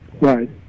right